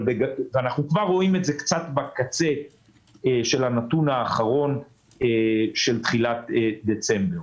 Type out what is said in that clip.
אנחנו רואים את זה כבר בקצה של הנתון האחרון של תחילת דצמבר.